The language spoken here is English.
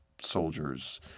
soldiers